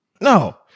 no